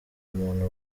muntu